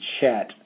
chat